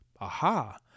Aha